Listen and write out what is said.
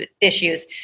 issues